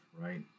right